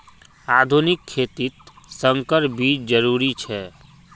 आधुनिक खेतित संकर बीज जरुरी छे